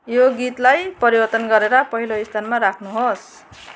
यो गीतलाई परिवर्तन गरेर पहिलो स्थानमा राख्नुहोस्